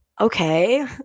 Okay